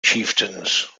chieftains